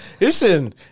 listen